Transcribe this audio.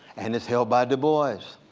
and it's held by du bois,